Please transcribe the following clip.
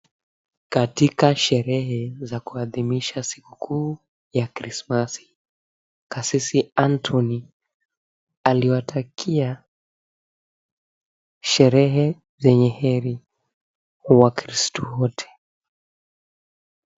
Katika sherehe za kuadhimisha sikukuu ya Krismasi kasisi Anthony aliwatakia sherehe zenye heri wakiristo wote.